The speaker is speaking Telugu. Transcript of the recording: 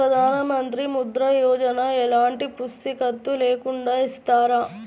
ప్రధానమంత్రి ముద్ర యోజన ఎలాంటి పూసికత్తు లేకుండా ఇస్తారా?